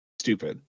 stupid